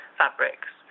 fabrics